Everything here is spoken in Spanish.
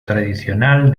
tradicional